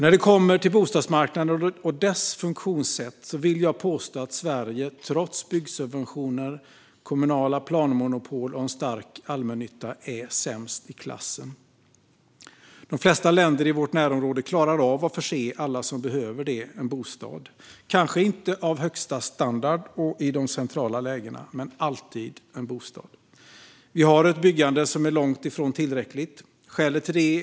När det kommer till bostadsmarknaden och dess funktionssätt vill jag påstå att Sverige - trots byggsubventioner, kommunala planmonopol och en stark allmännytta - är sämst i klassen. De flesta länder i vårt närområde klarar av att förse alla som behöver det med en bostad - kanske inte av högsta standard och i de centrala lägena, men alltid en bostad. Vi har ett byggande som är långt ifrån tillräckligt.